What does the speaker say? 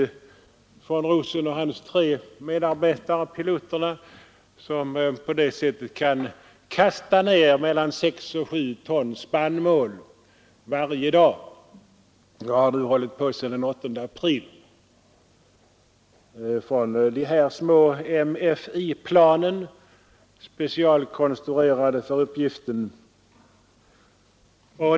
Han och hans tre medarbetande piloter kastar ner mellan 6 och 7 ton spannmål varje dag — de har nu hållit på sedan den 8 april — från de små MFlI-planen, specialkonstruerade för uppgiften.